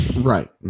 Right